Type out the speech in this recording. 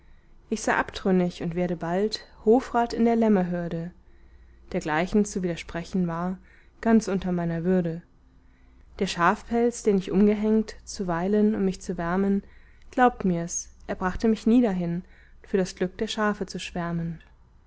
ich sei abtrünnig und werde bald hofrat in der lämmerhürde dergleichen zu widersprechen war ganz unter meiner würde der schafpelz den ich umgehängt zuweilen um mich zu wärmen glaubt mir's er brachte mich nie dahin für das glück der schafe zu schwärmen